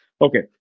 Okay